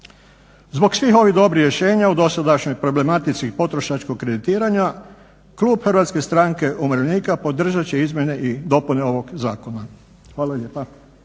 Zbog svih ovih dobrih rješenja u dosadašnjoj problematici potrošačkog kreditiranja klub HSU-a podržat će izmjene i dopune ovog zakona. Hvala lijepa.